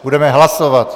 Budeme hlasovat.